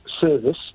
service